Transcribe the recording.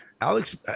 Alex